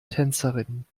tänzerin